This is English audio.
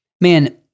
man